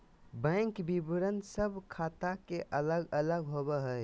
bank विवरण सब ख़ाता के अलग अलग होबो हइ